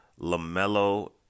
LaMelo